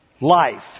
life